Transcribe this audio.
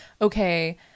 okay